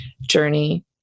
journey